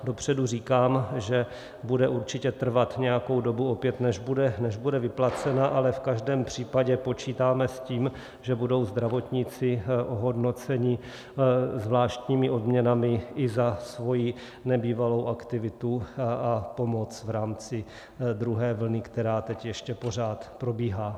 Dopředu říkám, že bude určitě trvat opět nějakou dobu, než bude vyplacena, ale v každém případě počítáme s tím, že budou zdravotníci ohodnoceni zvláštními odměnami i za svoji nebývalou aktivitu a pomoc v rámci druhé vlny, která teď ještě pořád probíhá.